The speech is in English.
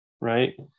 Right